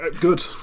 Good